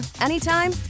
anytime